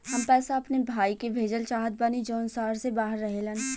हम पैसा अपने भाई के भेजल चाहत बानी जौन शहर से बाहर रहेलन